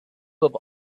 have